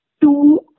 Two